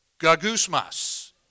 gagusmas